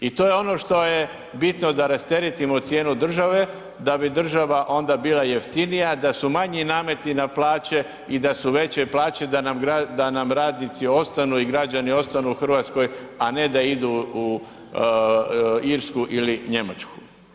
I to je ono što je bitno da rasteretimo cijenu države, da bi država onda bila jeftinija, da su manji nameti na plaće i da su veće plaće, da nam radnici ostanu i građani ostanu u Hrvatskoj, a ne da idu u Irsku ili Njemačku.